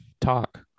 talk